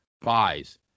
buys